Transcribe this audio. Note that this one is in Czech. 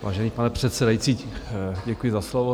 Vážený pane předsedající, děkuji za slovo.